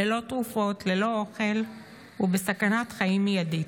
ללא תרופות, ללא אוכל ובסכנת חיים מיידית.